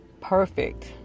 perfect